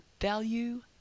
value